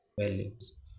Values